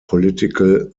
political